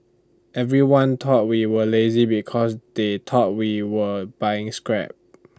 everyone thought we were lazy because they thought we were buying scrap